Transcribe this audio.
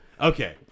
Okay